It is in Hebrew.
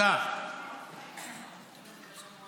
זאת הפגיעה בחוליה הכי חלשה,